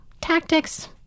tactics